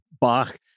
Bach